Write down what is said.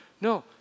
No